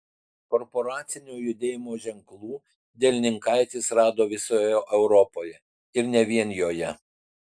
korporacinio judėjimo ženklų dielininkaitis rado visoje europoje ir ne vien joje